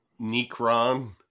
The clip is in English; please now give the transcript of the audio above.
Necron